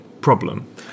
problem